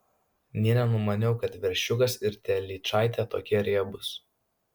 nė nenumaniau kad veršiukas ir telyčaitė tokie riebūs